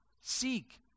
seek